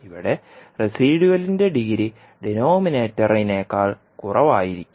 ഇവിടെ റെസിഡ്യുലിന്റെ ഡിഗ്രി ഡിനോമിനേറ്ററിനേക്കാൾ കുറവായിരിക്കും